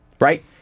Right